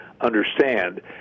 understand